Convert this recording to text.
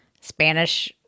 Spanish